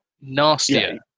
nastier